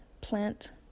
plant